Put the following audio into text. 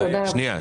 תודה.